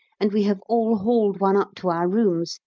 and we have all hauled one up to our rooms,